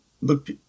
look